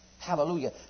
Hallelujah